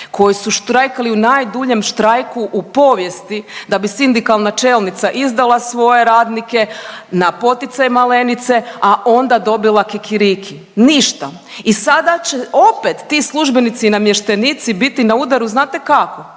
koji su štrajkali u najduljem štrajku u povijesti da bi sindikalna čelnica izdala svoje radnike na poticaj Malenice, a onda dobila kikiriki, ništa i sada će opet ti službenici i namještenici biti na udaru, znate kako?